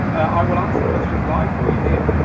i will answer questions live for you here.